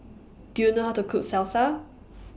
Do YOU know How to Cook Salsa